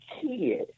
kid